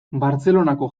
bartzelonako